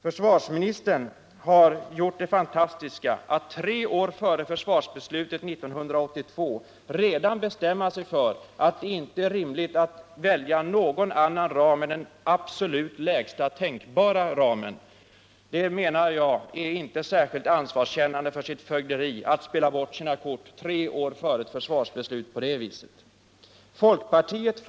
Försvarsministern har — fantastiskt nog — tre år före försvarsbeslutet 1982 redan bestämt sig för att det inte är rimligt att välja någon annan ram än den lägsta tänkbara ramen. Det är, menar jag, inte att vara särskilt ansvarskännande för sitt fögderi när man spelar bort sina kort tre år före ett försvarsbeslut på det viset. Herr talman!